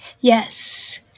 Yes